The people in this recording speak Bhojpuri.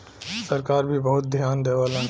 सरकार भी बहुत धियान देवलन